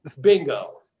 Bingo